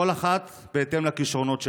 כל אחת בהתאם לכישרונות שלה.